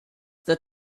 the